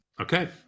Okay